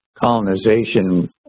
colonization